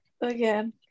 Again